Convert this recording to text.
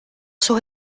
sus